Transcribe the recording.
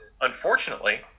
unfortunately